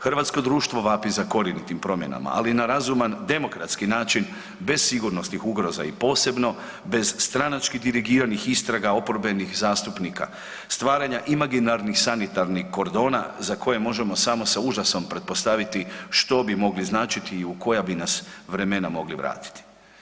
Hrvatsko društvo vapi za korjenitim promjenama, ali na razuman demokratski način bez sigurnosnih ugroza i posebno bez stranački dirigiranih istraga oporbenih zastupnika, stvaranja imaginarnih sanitarnih kordona za koje možemo samo sa užasom pretpostaviti što bi mogli značili i u koja bi nas vremena mogli vratiti.